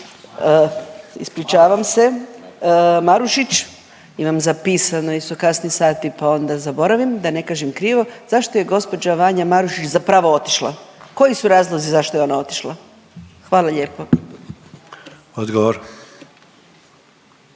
ispričavam se Marušić, imam zapisano jel su kasni sati pa onda zaboravim da ne kažem krivo, zašto je gospođa Vanja Marušić zapravo otišla, koji su razlozi zašto je ona otišla? Hvala lijepo.